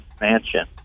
mansion